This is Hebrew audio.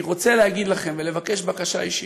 אני רוצה להגיד לכם, ולבקש בקשה אישית.